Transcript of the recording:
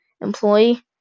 Employee